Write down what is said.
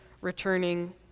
returning